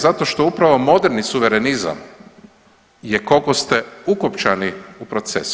Zato što upravo moderni suverenizam je koliko ste ukopčani u proces.